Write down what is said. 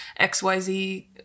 XYZ